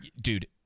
dude